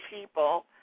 people